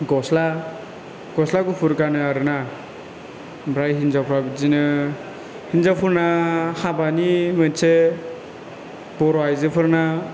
गस्ला गस्ला गुफुर गानो आरो ना ओमफ्राय हिनजावफ्रा बिदिनो हिनजावफोरना हाबानि मोनसे बर' आइजोफोरना